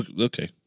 Okay